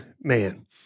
man